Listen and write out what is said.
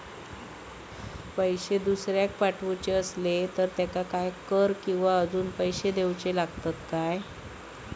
पैशे दुसऱ्याक पाठवूचे आसले तर त्याका काही कर किवा अजून पैशे देऊचे लागतत काय?